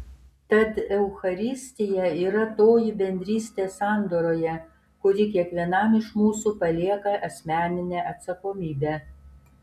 tad eucharistija yra toji bendrystė sandoroje kuri kiekvienam iš mūsų palieka asmeninę atsakomybę